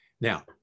Now